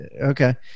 Okay